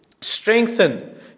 strengthen